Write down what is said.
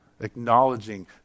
acknowledging